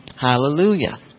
hallelujah